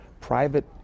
private